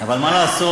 אבל מה לעשות,